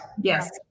Yes